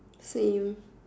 same